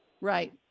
Right